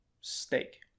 steak